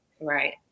Right